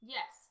Yes